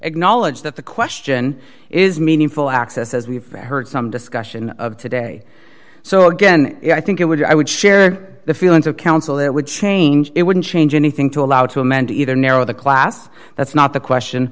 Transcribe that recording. acknowledge that the question is meaningful access as we've heard some discussion of today so again i think it would be i would share the feelings of counsel that would change it wouldn't change anything to allow to amend either narrow the class that's not the question